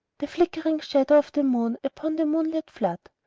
the flickering shadow of the moon upon the moon-led flood.